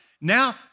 Now